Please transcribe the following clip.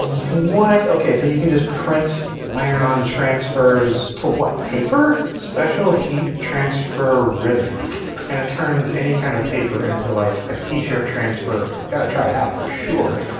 what? so you can just print iron-on transfers to what paper? special heat transfer ribbon and it turns any kind of paper into like a t-shirt transfer, gotta try it out for sure.